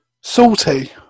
Salty